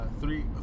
three